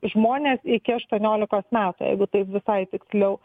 žmonės iki aštuoniolikos metų jeigu taip visai tiksliau